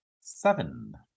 Seven